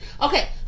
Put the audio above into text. okay